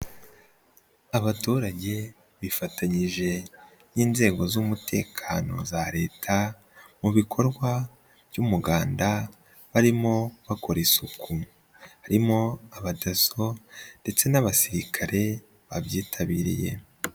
Abaturage bifatanyije n'inzego z'umutekano za leta, mu bikorwa by'umuganda barimo bakora isuku. Harimo abadaso ndetse n'abasirikare babyitabiriye.